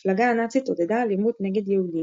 המפלגה הנאצית עודדה אלימות נגד יהודים